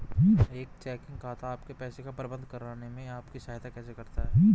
एक चेकिंग खाता आपके पैसे का प्रबंधन करने में आपकी सहायता कैसे कर सकता है?